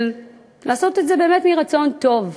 של לעשות את זה מרצון טוב,